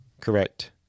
Correct